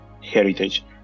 heritage